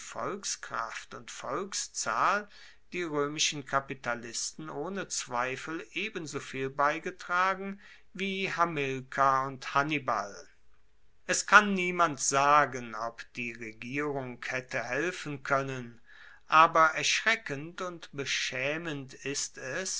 volkskraft und volkszahl die roemischen kapitalisten ohne zweifel ebensoviel beigetragen wie hamilkar und hannibal es kann niemand sagen ob die regierung haette helfen koennen aber erschreckend und beschaemend ist es